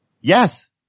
Yes